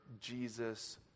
Jesus